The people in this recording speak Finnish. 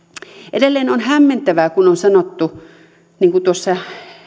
edelleen on hämmentävää kun on sanottu niin kuin tuossa